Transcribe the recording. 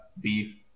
beef